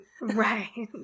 Right